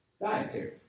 dietary